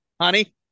honey